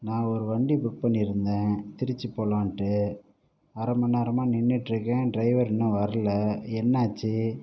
நான் ஒரு வண்டி புக் பண்ணியிருந்தேன் திருச்சி போகலான்ட்டு அரை மணி நேரமாக நின்றுட்ருக்கேன் டிரைவர் இன்னும் வரல என்ன ஆச்சு